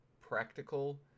practical